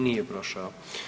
Nije prošao.